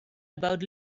about